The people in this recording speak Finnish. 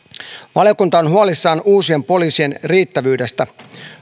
valiokunta on huolissaan uusien poliisien riittävyydestä